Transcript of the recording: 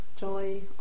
joy